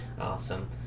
awesome